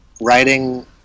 writing